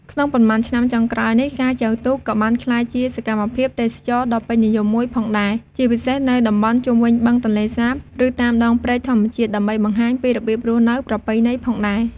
ក្នុងប៉ុន្មានឆ្នាំចុងក្រោយនេះ ការចែវទូកក៏បានក្លាយជាសកម្មភាពទេសចរណ៍ដ៏ពេញនិយមមួយផងដែរ ជាពិសេសនៅតំបន់ជុំវិញបឹងទន្លេសាប ឬតាមដងព្រែកធម្មជាតិ ដើម្បីបង្ហាញពីរបៀបរស់នៅប្រពៃណីផងដែរ។